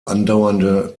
andauernde